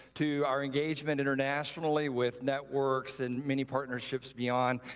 to our engagement internationally with networks and many partnerships beyond.